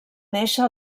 néixer